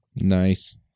Nice